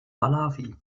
malawi